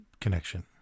connection